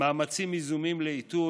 מאמצים יזומים לאיתור,